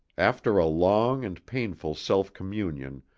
after a long and painful self-communion,